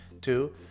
two